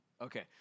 Okay